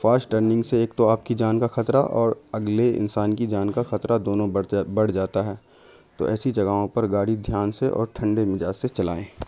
fast turning سے ایک تو آپ کی جان کا خطرہ اور اگلے انسان کی جان کا خطرہ دونوں بڑھ بڑھ جاتا ہے تو ایسی جگہوں پر گاڑی دھیان سے اور ٹھنڈے مزاج سے چلائیں